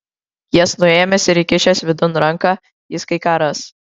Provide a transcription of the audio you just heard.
jas nuėmęs ir įkišęs vidun ranką jis kai ką ras